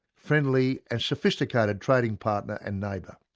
friendly and sophisticated trading partner and neighbour.